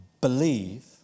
believe